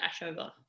Ashover